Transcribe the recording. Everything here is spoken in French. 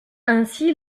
ainsi